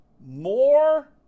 more